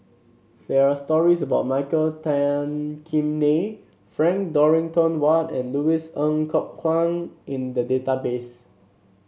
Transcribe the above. there are stories about Michael Tan Kim Nei Frank Dorrington Ward and Louis Ng Kok Kwang in the database